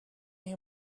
been